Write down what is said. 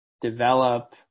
develop